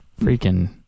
Freaking